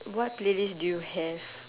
what playlist do you have